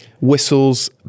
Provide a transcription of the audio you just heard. Whistles